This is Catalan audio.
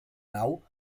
nau